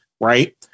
Right